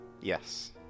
Yes